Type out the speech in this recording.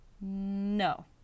No